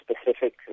specific